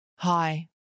Hi